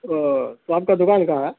اوہ تو آپ کا دوکان کہاں ہے